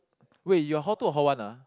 wait you're hall two or hall one ah